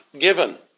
given